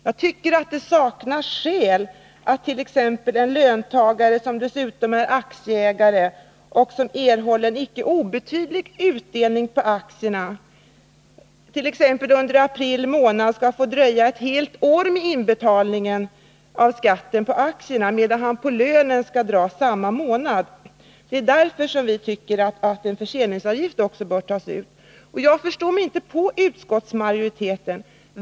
Jag tycker att det saknas skäl för att en löntagare som dessutom är aktieägare och som erhåller icke obetydlig utdelning på aktierna t.ex. under april månad, skall få dröja ett helt år med inbetalningen av skatten på aktierna, medan han på lönen skall dra skatt samma månad. Det är därför som vi anser att en förseningsavgift också bör tas ut. Jag förstår mig inte på utskottsmajoriteten.